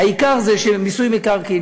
העיקר הוא של מיסוי מקרקעין.